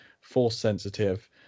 Force-sensitive